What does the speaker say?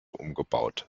umgebaut